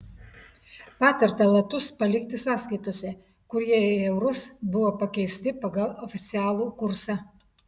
patarta latus palikti sąskaitose kur jie į eurus buvo pakeisti pagal oficialų kursą